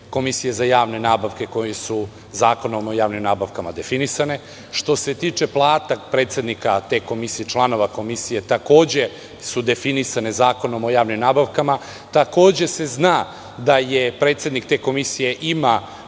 Komisije za javne nabavke koje su Zakonom o javnim nabavkama definisane. Što se tiče plate predsednika te komisije, članova te komisije, takođe su definisane Zakonom o javnim nabavkama, takođe se zna da predsednik te komisije ima